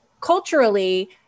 culturally